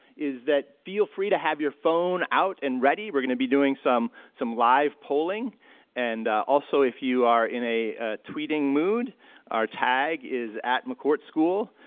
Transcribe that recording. is that feel free to have your phone out and ready we're going to be doing some some live polling and also if you are in a tweeting mood our tag is mccourtschool